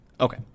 Okay